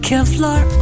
Kevlar